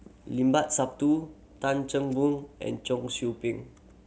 Limat Sabtu Tan Chan Boon and Cheong Soo Ping